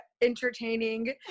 entertaining